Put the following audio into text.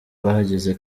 bahageze